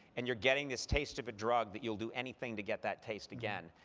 and you're getting this taste of a drug, that you'll do anything to get that taste again.